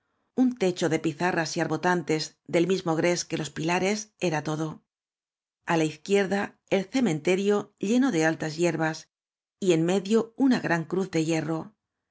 un techo de pizarras y arbotantes del mismo gres que los pilares era todo á la izquierda el cementerio lleno de ditas hierbas y en medio una gran cruz de hierro á